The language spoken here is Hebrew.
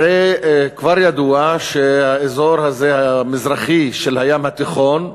הרי כבר ידוע שהאזור הזה, המזרחי, של הים התיכון,